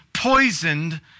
poisoned